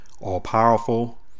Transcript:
all-powerful